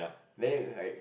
then like